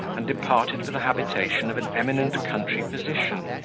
and departed for the habitation of an eminent country physician,